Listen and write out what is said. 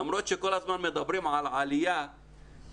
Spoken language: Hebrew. למרות שכל הזמן מדברים על עלייה בתקצוב,